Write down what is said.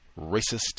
racist